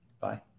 Bye